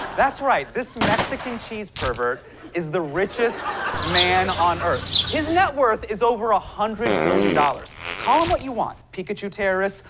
that's right, this mexican-cheese pervert is the richest man on earth. his net worth is over one ah hundred billion dollars. call him what you want pikachu terrorist,